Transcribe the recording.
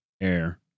air